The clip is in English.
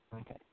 Okay